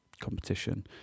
competition